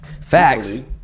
Facts